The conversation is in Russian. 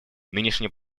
нынешний